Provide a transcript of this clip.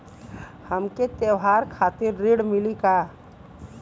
हमके त्योहार खातिर ऋण मिली का?